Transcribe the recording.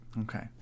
Okay